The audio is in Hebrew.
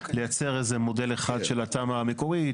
לייצר איזה מודל אחד של התמ"א המקורית,